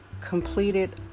completed